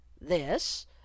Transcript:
This